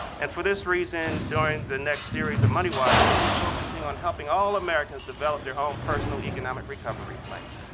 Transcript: and for this reason during the next series of moneywise we're going to be focusing on helping all americans develop their own personal economic recovery plan,